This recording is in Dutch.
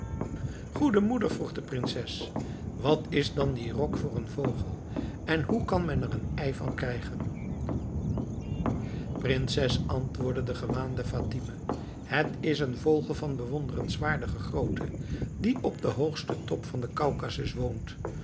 goede moeder vroeg de prinses wat is dan die rock voor een vogel en hoe kan men er een ei van krijgen prinses antwoordde de gewaande fatime het is een vogel van bewonderenswaardige grootte die op den hoogsten top van den kaukasus woont